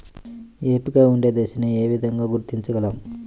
ఏపుగా ఉండే దశను ఏ విధంగా గుర్తించగలం?